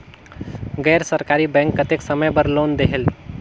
गैर सरकारी बैंक कतेक समय बर लोन देहेल?